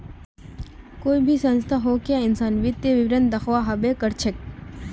कोई भी संस्था होक या इंसान वित्तीय विवरण दखव्वा हबे कर छेक